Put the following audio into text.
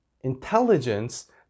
intelligence